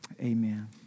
Amen